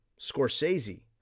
Scorsese